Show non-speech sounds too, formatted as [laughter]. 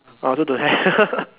I also don't have [laughs]